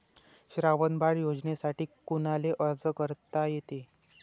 श्रावण बाळ योजनेसाठी कुनाले अर्ज करता येते?